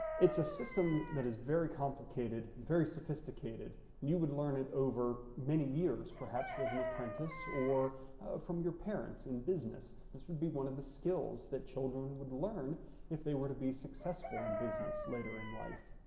it's a system that is very complicated, very sophisticated, and you would learn it over many years, perhaps as an apprentice or from your parents in business. this would be one of the skills that children would learn if they were to be successful in business later in life.